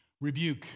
Rebuke